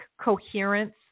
coherence